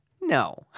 No